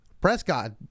Prescott